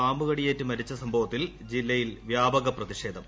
പാമ്പുകടിയേറ്റ് മരിച്ച സംഭവത്തിൽ ജില്ലയിൽ വ്യാപക പ്രതിഷേധം